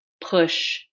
push